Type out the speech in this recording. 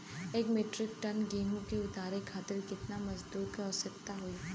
एक metric ton गेहूँ के उतारे खातीर कितना मजदूर क आवश्यकता होई?